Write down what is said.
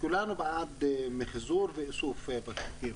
כולנו בעד מיחזור ואיסוף בקבוקים,